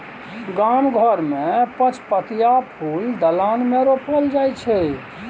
गाम घर मे पचपतिया फुल दलान मे रोपल जाइ छै